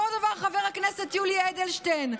אותו דבר חבר הכנסת יולי אדלשטיין: